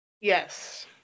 Yes